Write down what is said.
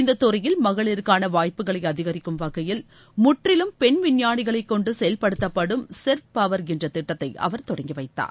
இந்த துறையில் மகளிருக்கான வாய்ப்புகளை அதிகரிக்கும் வகையில் முற்றிலும் பெண் விஞ்ஞானிகளைக் கொண்டு செயல்படுத்தப்படும் செர்ப் பவர் என்ற திட்டத்தை அவர் தொடங்கி வைத்தார்